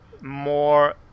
more